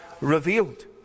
revealed